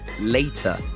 later